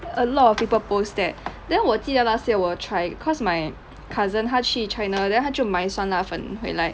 a lot of people post that then 我记得 last year 我有 try cause my cousin 他去 china then 他就买酸辣粉回来